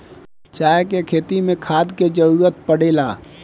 चाय के खेती मे खाद के जरूरत पड़ेला